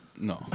No